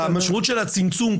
המשמעות של הצמצום,